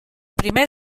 primer